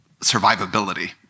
survivability